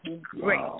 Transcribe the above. Great